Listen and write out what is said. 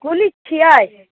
coolie छियै